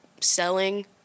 selling